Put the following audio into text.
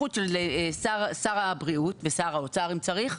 סמכות לשר הבריאות ולשר האוצר במידת הצורך,